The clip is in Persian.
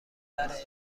برای